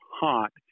hot